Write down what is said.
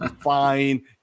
fine